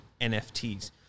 NFTs